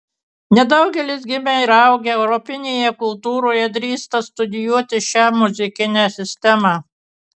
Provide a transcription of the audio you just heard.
nedaugelis gimę ir augę europinėje kultūroje drįsta studijuoti šią muzikinę sistemą